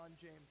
james